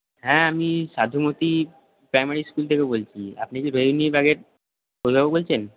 হ্যাঁ আমি Sadhumati primary school থেকে বলছি আপনি কি রোহিণী বাগের অভিভাবক বলছেন